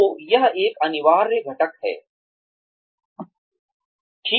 तो यह एक अनिवार्य घटक है